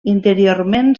interiorment